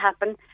happen